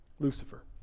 Lucifer